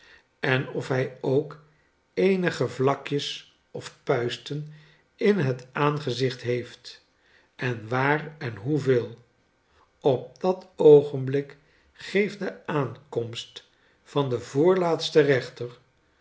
en of hij ook eenige vlakjes of puisten in liet aangezicht heeft en waar en hoeveel op dat oogenblik geeft de aankomst van den voorlaatsten rechter